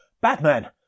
Batman